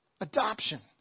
Adoption